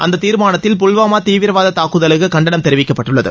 அந்த தீர்மானத்தில் புல்வாமா தீவிரவாத தாக்குதலுக்கு கண்டனம் தெரிவிக்கப்பட்டுள்ளது